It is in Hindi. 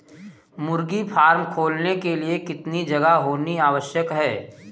मुर्गी फार्म खोलने के लिए कितनी जगह होनी आवश्यक है?